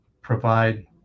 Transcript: provide